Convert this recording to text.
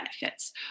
benefits